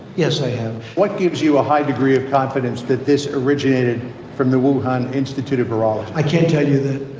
yes, i have. what gives you a high degree of confidence that this originated from the wuhan institute of virology? i can't tell you that.